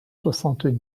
soixante